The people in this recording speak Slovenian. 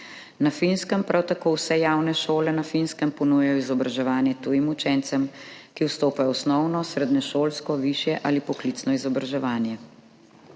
Na Finskem prav tako vse javne šole ponujajo izobraževanje tujim učencem, ki vstopajo v osnovno, srednješolsko, višje ali poklicno izobraževanje.